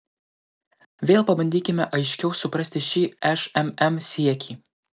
vėl pabandykime aiškiau suprasti šį šmm siekį